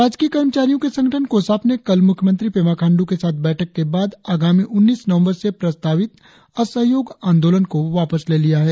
राजकीय कर्मचारियों के संगठन कोसाप ने कल मुख्यमंत्री पेमा खांडू ने साथ बैठक के बाद आगामी उन्नीस नवंबर से प्रस्तावित असहयोग आंदोलन को वापस ले लिया है